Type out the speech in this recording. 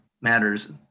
matters